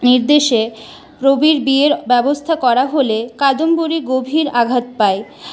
নির্দেশে রবির বিয়ের ব্যাবস্থা করা হলে কাদম্বরী গভীর আঘাত পায়